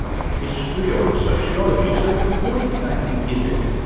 of history, or of sociology, so what exactly is it?